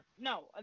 no